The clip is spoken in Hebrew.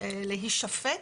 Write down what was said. להישפט